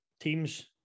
teams